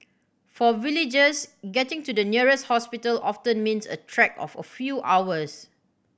for villagers getting to the nearest hospital often means a trek of a few hours